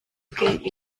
get